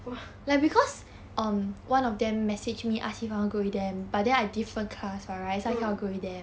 !wah! mm